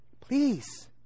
please